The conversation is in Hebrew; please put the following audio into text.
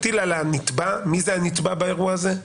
הנתבע באירוע הזה מיהו הנתבע באירוע הזה?